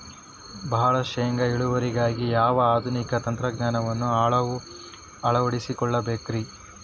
ಭಾಳ ಶೇಂಗಾ ಇಳುವರಿಗಾಗಿ ಯಾವ ಆಧುನಿಕ ತಂತ್ರಜ್ಞಾನವನ್ನ ಅಳವಡಿಸಿಕೊಳ್ಳಬೇಕರೇ?